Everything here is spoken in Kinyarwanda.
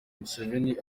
museveni